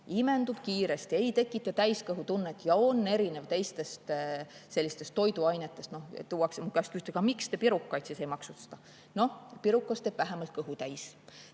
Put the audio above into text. imendub kiiresti, ei tekita täiskõhutunnet ja on erinev teistest toiduainetest. [Küsitakse] mu käest, et aga miks te pirukaid siis ei maksusta. Noh, pirukas teeb vähemalt kõhu täis.